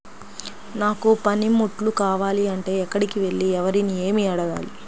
నాకు పనిముట్లు కావాలి అంటే ఎక్కడికి వెళ్లి ఎవరిని ఏమి అడగాలి?